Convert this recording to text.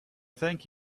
thank